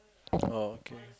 oh okay